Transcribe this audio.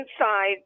inside